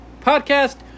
podcast